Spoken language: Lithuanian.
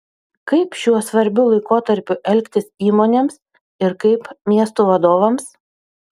kaip šiuo svarbiu laikotarpiu elgtis įmonėms ir kaip miestų vadovams